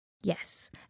Yes